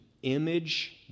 Image